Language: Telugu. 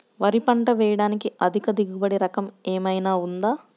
వరి పంట వేయటానికి అధిక దిగుబడి రకం ఏమయినా ఉందా?